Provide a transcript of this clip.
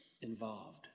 involved